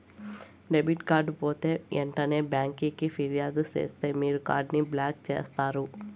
debit card పోతే ఎంటనే బ్యాంకికి ఫిర్యాదు సేస్తే మీ కార్డుని బ్లాక్ చేస్తారు